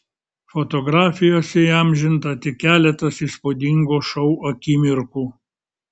fotografijose įamžinta tik keletas įspūdingo šou akimirkų